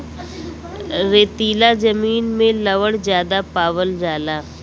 रेतीला जमीन में लवण ज्यादा पावल जाला